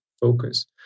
focus